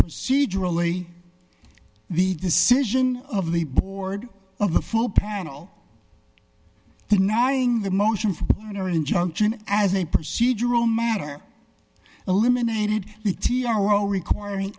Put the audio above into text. procedurally the decision of the board of the full panel denying the motion for an injunction as a procedural matter eliminated the t r o requiring